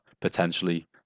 potentially